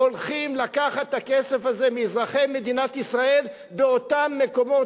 הולכים לקחת את הכסף הזה מאזרחי מדינת ישראל באותם מקומות,